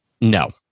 No